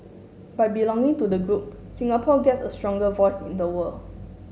by belonging to the group Singapore gets a stronger voice in the world